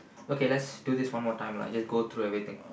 okay lets do this one more time lah just go through everything